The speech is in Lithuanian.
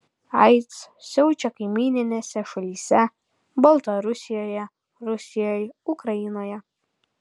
aids siaučia kaimyninėse šalyse baltarusijoje rusijoje ukrainoje